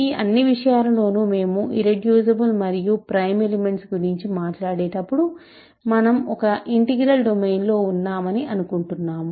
ఈ అన్ని విషయాలలోనూ మేము ఇర్రెడ్యూసిబుల్ మరియు ప్రైమ్ ఎలిమెంట్స్ గురించి మాట్లాడేటప్పుడు మనం ఒక ఇంటిగ్రాల్ డొమైన్లో ఉన్నామని అనుకుంటున్నాము